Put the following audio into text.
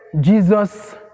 Jesus